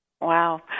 Wow